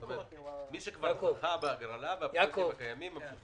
כלומר מי שכבר זכה בהגרלה בפרויקטים הקיימים ממשיכים.